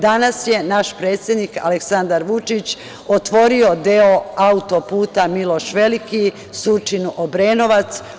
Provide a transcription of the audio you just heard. Danas je naš predsednik Aleksandar Vučić otvorio deo autoputa Miloš Veliki, Surčin – Obrenovac.